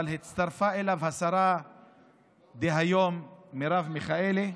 אבל הצטרפה אליו השרה דהיום מרב מיכאלי,